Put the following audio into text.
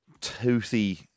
toothy